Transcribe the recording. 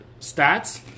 stats